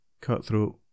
Cutthroat